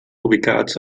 ubicats